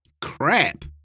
crap